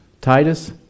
Titus